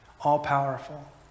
all-powerful